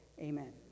amen